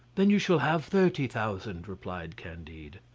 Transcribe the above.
then you shall have thirty thousand, replied candide.